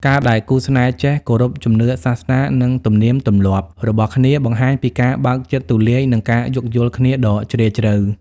ការដែលគូស្នេហ៍ចេះ "គោរពជំនឿសាសនា និងទំនៀមទម្លាប់" របស់គ្នា បង្ហាញពីការបើកចិត្តទូលាយ និងការយោគយល់គ្នាដ៏ជ្រាលជ្រៅ។